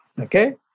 Okay